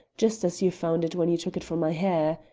just as you found it when you took it from my hair.